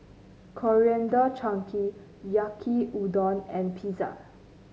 Coriander Chutney Yaki Udon and Pizza